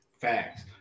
Facts